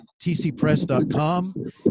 tcpress.com